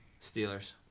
Steelers